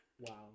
Wow